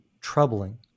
troubling